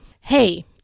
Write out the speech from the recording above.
Hey